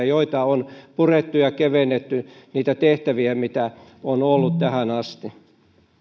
joita on purettu ja on kevennetty niitä tehtäviä mitä on ollut tähän asti